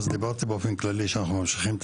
דיברתי באופן כללי שאנחנו ממשיכים את